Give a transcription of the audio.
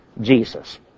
Jesus